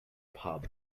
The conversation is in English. pub